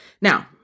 Now